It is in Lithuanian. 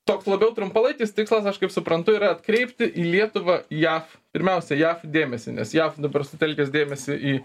toks labiau trumpalaikis tikslas aš kaip suprantu yra atkreipti į lietuvą jav pirmiausia jav dėmesį nes jav dabar sutelkęs dėmesį į